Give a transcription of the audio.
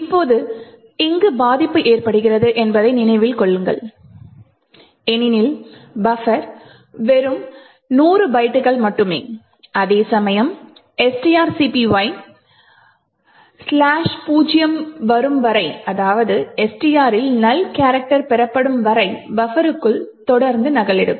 இப்போது இங்கு பாதிப்பு ஏற்படுகிறது என்பதை நினைவில் கொள்க ஏனெனில் பஃபர் வெறும் 100 பைட்டுகள் மட்டுமே அதே சமயம் strcpy ' 0' வரும் வரை அதாவது STR இல் நல் கேரக்டர் பெறப்படும் வரை பஃபருக்குள் தொடர்ந்து நகலெடுக்கும்